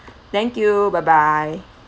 thank you bye bye